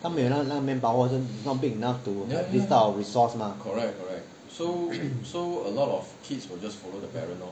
他没了那个那个 manpower 是 not big enough to this type of resource mah